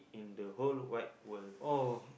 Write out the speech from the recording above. in the whole wide world